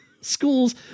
schools